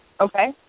Okay